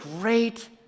great